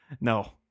No